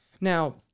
Now